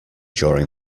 during